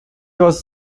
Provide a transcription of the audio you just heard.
was